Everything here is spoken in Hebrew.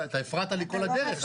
אתה הפרעת לי כל הדרך.